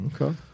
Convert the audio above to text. Okay